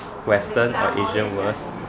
western or asian worlds